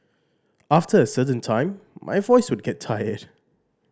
after a certain time my voice would get tired